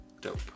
dope